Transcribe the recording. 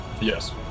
Yes